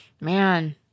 man